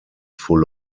full